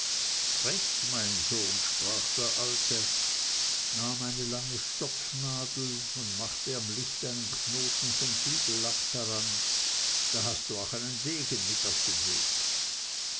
recht mein sohn sprach der alte nahm eine lange stopfnadel und machte am licht einen knoten von siegellack daran da hast du auch einen degen mit auf den weg